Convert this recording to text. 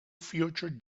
future